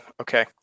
okay